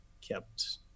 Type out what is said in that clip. kept